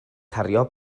cario